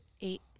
Eight